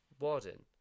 warden